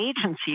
agency